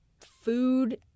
food